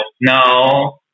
no